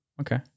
Okay